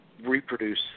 reproduce